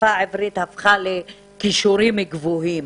השפה העברית הפכה לכישורים גבוהים